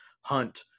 Hunt